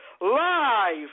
live